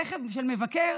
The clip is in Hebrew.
רכב של מבקר,